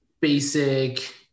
basic